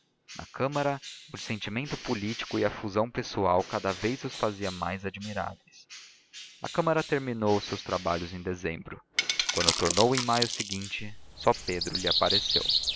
na câmara o dissentimento político e a fusão pessoal cada vez os fazia mais admiráveis a câmara terminou os seus trabalhos em dezembro quando tornou em maio seguinte só pedro lhe apareceu